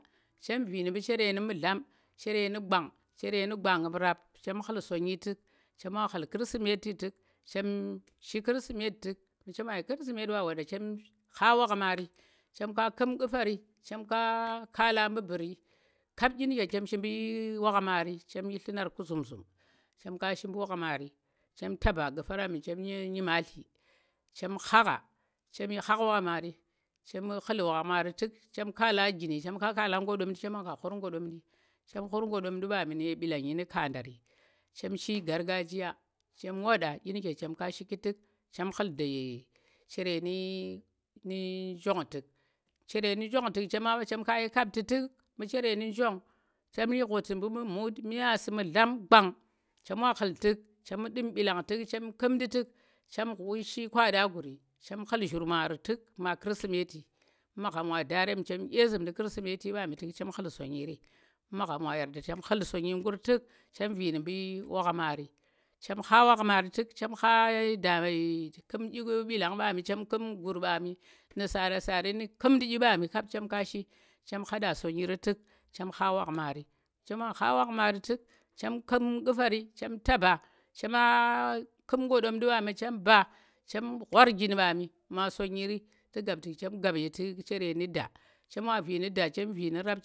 Chem vi nu̱ mɓu chere nu̱ mu̱dlam, chere nu̱ gwang, chem vi nu mbu chere nu mudlam chere nu̱ gwanggu̱m rap, chem ghu̱l sonyi tu̱k, chema ghu̱l kirsimeti tu̱k chem shi kirsimt tu̱k, mu chema yi kirsimeti wa waanɗa khar wakhmaari, chem ka kum Qu̱fari, chem ka kaala mɓu̱ mɓuuri, kap ɗyi nu̱m shiiki mɓu̱ wakhmaari chem shi nlu̱nar ku zoom zuum, chem ka shi mɓu̱ wakhmaari chem taba Qu̱far wami chem nyimatli chem khaagha chem shi khar wakhmaari, chem kul wakhmaari tu̱k, chem kaala giini, chem ka kaala ngaɗomndi chem wa ka ghuur ngoɗomndi, chem ghur ngoɗomndi mɓami nu̱ ye mɗilƙangi nu̱ kaadari chem shi gargajiya chem waɓa ɗyi nu̱ke chem ka shiki tu̱k chem ghu̱l da ye chere nu̱ njong tu̱k, mu̱u chere nu̱ njong chem shi ghuti mu̱u chere nu̱ mut, myaasi, mu̱dlam, ghwang, chema ghu̱l tu̱k chem nɗum mɓilang tu̱k chem yi nku̱mndi tuk chem kwaɓa guuri, chem ghu̱l kirsimati tu̱k ma kirsimeti mɓu̱ magham wa daarem chem yi ɗye zu̱mndi kirsimeti mbami tuk chem ghu̱l sonyir tu̱k chem vi nu̱ mɓu̱ wakhmaari, chem kha wakhmaari tu̱k chem kha mɓilang ba mi, chem ku̱m guurɓami, nu̱ nu̱ ku̱mndi ɗyi ɓarem kap chem ka shi chem khafa sonyin tu̱k chem kha wakhmaari, chema kha wakhmaari tu̱k, chem ku̱m Qu̱fqari chem taba chema ku̱m ngoɗomndi wami chem mbaa chem nggwar njin mɓami ma sanyiri tu̱ gap tu̱k tu̱m gap ye tuk shere nu̱ da. chem vi nu rap.